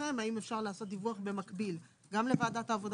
לשיקולכם אם לעשות דיווח במקביל גם לוועדת העבודה